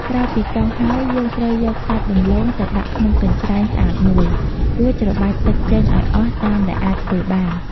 ក្រោយពីកោសហើយ យើងត្រូវយកសាច់ដំឡូងទៅដាក់ក្នុងកញ្ច្រែងស្អាតមួយ រួចច្របាច់ទឹកចេញឱ្យអស់តាមដែលអាចធ្វើបាន។